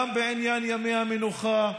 גם בעניין ימי המנוחה,